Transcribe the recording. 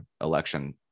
election